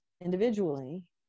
individually